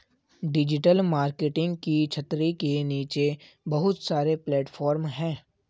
digital marketing की छतरी के नीचे बहुत सारे प्लेटफॉर्म हैं